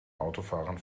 autofahrern